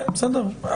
כן, בסדר.